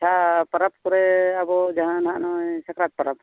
ᱟᱪᱪᱷᱟ ᱯᱟᱨᱟᱵᱽ ᱠᱚᱨᱮ ᱟᱵᱚ ᱡᱟᱦᱟᱱᱟᱜ ᱱᱚᱜᱼᱚᱭ ᱥᱟᱠᱨᱟᱛ ᱯᱟᱨᱟᱵᱽ